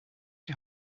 die